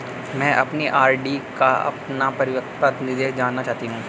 मैं अपनी आर.डी पर अपना परिपक्वता निर्देश जानना चाहती हूँ